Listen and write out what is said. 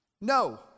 No